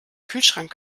kühlschrank